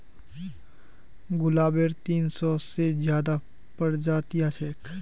गुलाबेर तीन सौ से ज्यादा प्रजातियां छेक